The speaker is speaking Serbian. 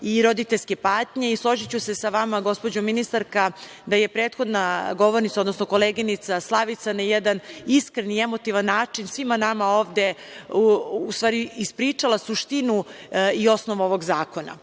i roditeljske patnje. Složiću se sa vama gospođo ministarka da je prethodna govornica, odnosno koleginica Slavica na jedan iskren i emotivan način svima nama ovde, u stvari ispričala suštinu i osnovu ovog zakona. Živeti